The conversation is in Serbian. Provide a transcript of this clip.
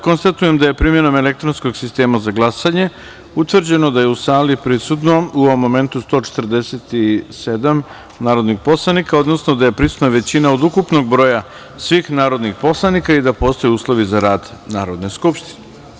Konstatujem da je primenom elektronskog sistema za glasanje utvrđeno da je u sali prisutno 147 narodnih poslanika, odnosno da je prisutna većina od ukupnog broja svih narodnih poslanika i da postoje uslovi za rad Narodne skupštine.